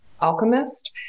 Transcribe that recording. alchemist